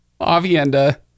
Avienda